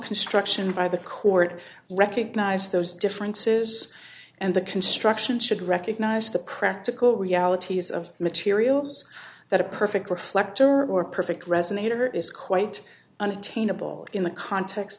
construction by the court recognize those differences and the construction should recognize the practical realities of materials that a perfect reflector or perfect resonator is quite unattainable in the context